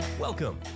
Welcome